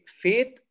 faith